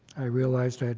i realized